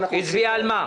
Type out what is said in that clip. הצביעה על מה?